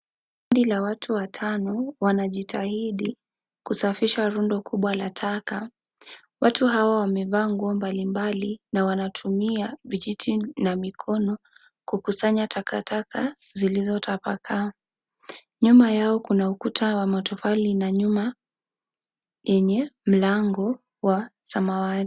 Kundi la watu watano, wanajitahidi, kusafisha lundo kubwa la taka. Watu hawa wamevaa nguo mbalimbali na wanatumia vijiti na mikono kukusanya takataka zilizotabakaa. Nyuma yao kuna ukuta wa matofali na nyuma yenye mlango wa samawati.